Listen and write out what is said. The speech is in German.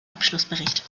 abschlussbericht